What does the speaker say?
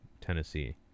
Tennessee